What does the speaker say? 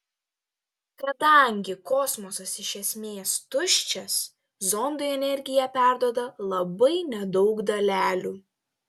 kadangi kosmosas iš esmės tuščias zondui energiją perduoda labai nedaug dalelių